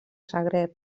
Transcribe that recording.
zagreb